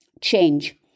change